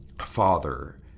Father